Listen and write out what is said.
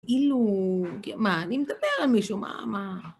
כאילו... מה, אני מדבר על מישהו, מה, מה?